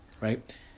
right